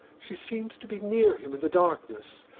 she seemed to be near him in the darkness.